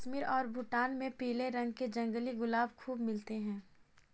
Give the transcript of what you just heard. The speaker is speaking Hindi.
कश्मीर और भूटान में पीले रंग के जंगली गुलाब खूब मिलते हैं